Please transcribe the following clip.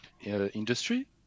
industry